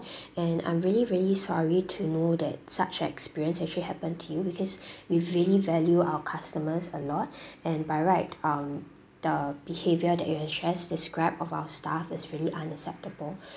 and I'm really really sorry to know that such an experience actually happen to you because we really value our customers a lot and by right um the behaviour that you address described of our staff is really unacceptable